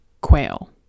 quail